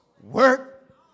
work